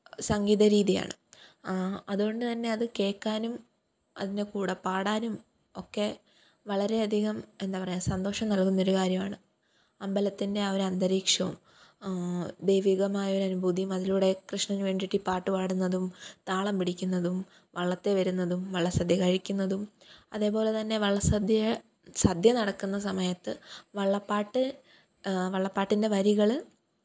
സംഗീത രീതിയാണ് അതുകൊണ്ടുതന്നെ അത് കേൾക്കാനും അതിന്റെ കൂടെ പാടാനും ഒക്കെ വളരെയധികം എന്താപറയുക സന്തോഷം നല്കുന്നൊരു കാര്യമാണ് അമ്പലത്തിന്റെ ആ ഒരു അന്തരീക്ഷവും ദൈവീകമായൊരനുഭൂതിയും അതിലൂടെ കൃഷ്ണന് വേണ്ടിയിട്ട് ഈ പാട്ട് പാടുന്നതും താളം പിടിക്കുന്നതും വള്ളത്തേൽ വരുന്നതും വള്ളസദ്യ കഴിക്കുന്നതും അതേപോലെതന്നെ വള്ളസദ്യ സദ്യ നടക്കുന്ന സമയത്ത് വള്ളപ്പാട്ട് വള്ളപ്പാട്ടിന്റെ വരികൾ